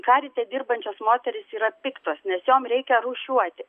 karite dirbančios moterys yra piktos nes jom reikia rūšiuoti